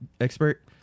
expert